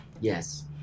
Yes